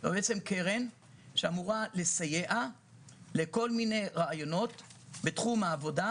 זו קרן שאמורה לסייע לכל מיני רעיונות בתחום העבודה,